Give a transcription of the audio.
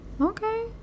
okay